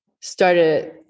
started